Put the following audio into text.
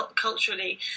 culturally